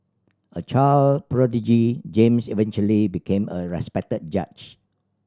a child prodigy James eventually became a respected judge